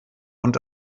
und